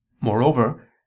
moreover